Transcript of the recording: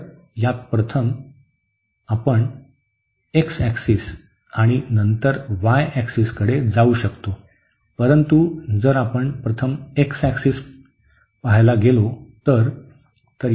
तर यात आपण प्रथम x ऍक्सिस आणि नंतर y ऍक्सिस कडे जाऊ शकतो परंतु जर आपण प्रथम x ऍक्सिस पहायला गेलो तर